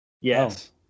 Yes